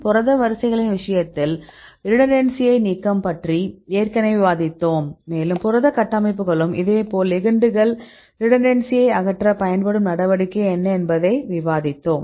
புரத வரிசைகளின் விஷயத்தில் ரிடெண்டன்ஸியை நீக்கம் பற்றி ஏற்கனவே விவாதித்தோம் மேலும் புரத கட்டமைப்புகளும் இதேபோல் லிகெண்டுகள் ரிடெண்டன்ஸியை அகற்ற பயன்படும் நடவடிக்கை என்ன என்பதை விவாதித்தோம்